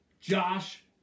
Josh